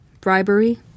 Bribery